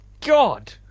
God